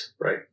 right